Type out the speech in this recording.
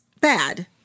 Bad